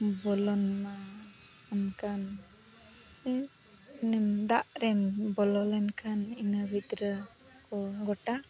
ᱵᱚᱞᱚᱱ ᱢᱟ ᱚᱱᱠᱟᱱ ᱫᱟᱜ ᱨᱮᱢ ᱵᱚᱞᱚ ᱞᱮᱱᱠᱷᱟᱱ ᱤᱱᱟᱹ ᱵᱷᱤᱛᱨᱤ ᱠᱚ ᱜᱚᱴᱟ